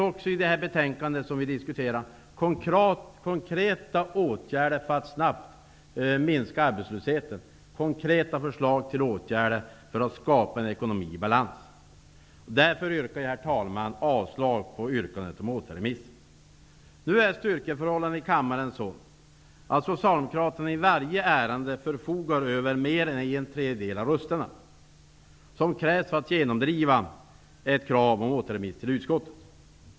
I det betänkande som vi diskuterar finns det konkreta förslag till åtgärder för att snabbt minska arbetslösheten och skapa en ekonomi i balans. Därför yrkar jag, herr talman, avslag på yrkandet om återremiss. Nu är styrkeförhållandena i kammaren sådana att Socialdemokraterna i varje ärende förfogar över mer än en tredjedel av rösterna, vilket krävs för att genomdriva ett krav om återremiss till utskottet.